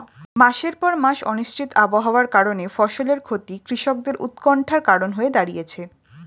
মাসের পর মাস অনিশ্চিত আবহাওয়ার কারণে ফসলের ক্ষতি কৃষকদের উৎকন্ঠার কারণ হয়ে দাঁড়িয়েছে